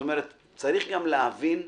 צריך גם להבין,